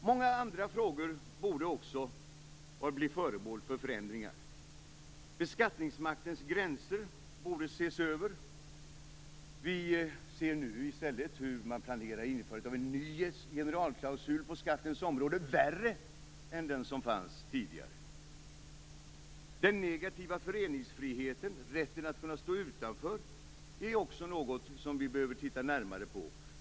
Många andra frågor borde också bli föremål för förändringar. Beskattningsmaktens gränser borde ses över. Vi ser nu i stället hur man planerar införandet av en ny generalklausul på skattens område, värre än den som fanns tidigare. Den negativa föreningsfriheten, rätten att kunna stå utanför, är också något som vi behöver titta närmare på.